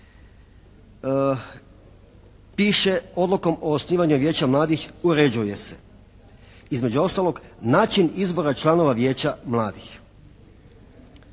piše odlukom o osnivanju Vijeća mladih uređuje se, između ostalog način izbora članova Vijeća mladih.